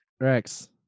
Rex